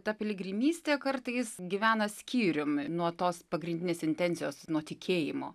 ta piligrimystė kartais gyvena skyriumi nuo tos pagrindinės intencijos tikėjimo